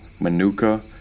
Manuka